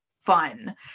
fun